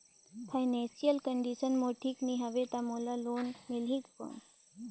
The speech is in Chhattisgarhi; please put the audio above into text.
फाइनेंशियल कंडिशन मोर ठीक नी हवे तो मोला लोन मिल ही कौन??